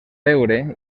veure